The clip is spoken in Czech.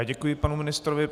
Děkuji panu ministrovi.